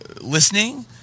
listening